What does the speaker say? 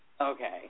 Okay